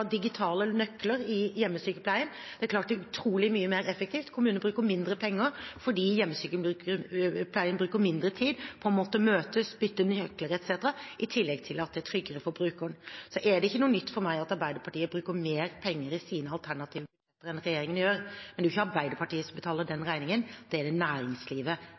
digitale nøkler i hjemmesykepleien. Det er utrolig mye mer effektivt. Kommunene bruker mindre penger fordi hjemmesykepleierne bruker mindre tid på å måtte møtes, bytte nøkler etc., i tillegg til at det er tryggere for brukeren. Så er det ikke noe nytt for meg at Arbeiderpartiet bruker mer penger i sine alternativer enn regjeringen gjør, men det er jo ikke Arbeiderpartiet som betaler den regningen – det er det næringslivet